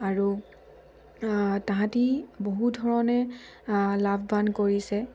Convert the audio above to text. আৰু তাহাঁতে বহু ধৰণে লাভৱান কৰিছে